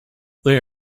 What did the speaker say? they